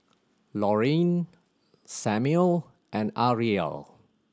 Laurene Samuel and Arielle